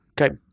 Okay